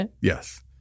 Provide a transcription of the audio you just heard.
Yes